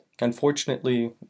Unfortunately